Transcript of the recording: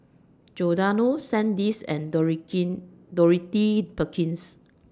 Giordano Sandisk and Doroky Dorothy Perkins